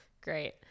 Great